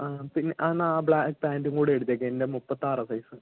ആ പിന്നെ എന്നാൽ ആ ബ്ലാക്ക് പാന്റും കൂടി എടുത്തേക്ക് എൻ്റെ മുപ്പത്തി ആറാണ് സൈസ്